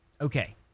okay